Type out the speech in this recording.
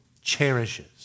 Cherishes